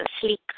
sleek